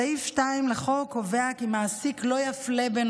סעיף 2 לחוק קובע כי מעסיק לא יפלה בין